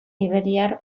iberiar